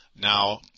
Now